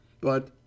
But—